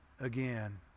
again